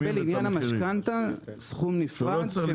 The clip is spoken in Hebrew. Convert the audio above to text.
הוא יקבל לעניין המשכנתא סכום נפרד.